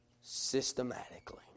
systematically